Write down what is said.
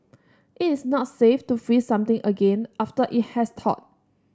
it is not safe to freeze something again after it has thawed